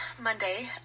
Monday